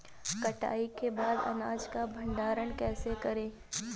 कटाई के बाद अनाज का भंडारण कैसे करें?